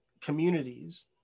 communities